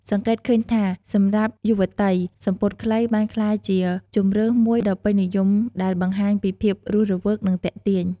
សង្កេតឃើញថា សម្រាប់យុវតី សំពត់ខ្លីបានក្លាយជាជម្រើសមួយដ៏ពេញនិយមដែលបង្ហាញពីភាពរស់រវើក និងទាក់ទាញ។